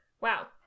Wow